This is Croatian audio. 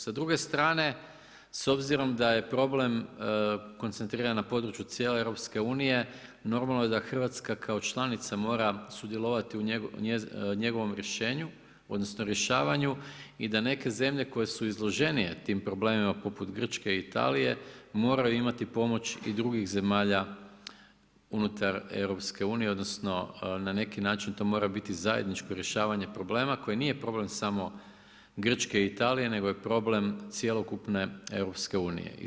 Sa druge strane, s obzirom da je problem koncentriran na cijelom području Europske unije normalno je da Hrvatska kao članica mora sudjelovati u njegovom rješenju odnosno rješavanju i da neke zemlje koje su izloženije tim problemima poput Grčke i Italije moraju imati pomoć i drugih zemalja unutar Europske unije odnosno na neki način to mora biti zajedničko rješavanje problema koje nije problem samo Grčke i Italije nego je problem cjelokupne Europske unije.